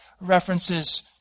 references